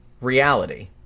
reality